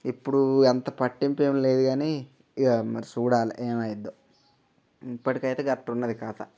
ఇప్పుడు అంత పట్టింపు ఏమి లేదు కానీ ఇక మరి చూడాలి ఏమైద్దో ఇప్పటికైతే గట్టున్నది కథ